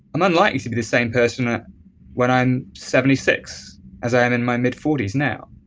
i'm unlikely to be the same person ah when i'm seventy six as i am in my mid forty s now